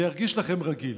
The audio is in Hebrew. זה ירגיש לכם 'רגיל'.